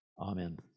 Amen